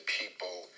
people